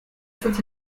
faut